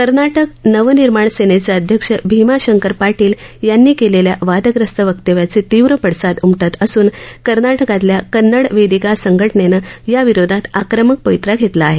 कर्नाटक नवनिर्माण सेनेचे अध्यक्ष भीमाशंकर पाटील यांनी केलेल्या वादग्रस्त वक्तव्याचे तीव्र पडसाद उमटत असून कर्नाटकाल्या कन्नड वेदिका संघटनेनं याविरोधात आक्रमक पवित्रा घेतला आहे